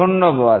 ধন্যবাদ